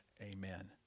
Amen